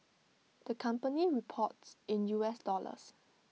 the company reports in U S dollars